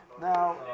Now